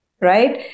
Right